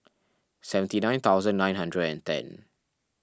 seventy nine thousand nine hundred and ten